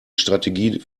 strategie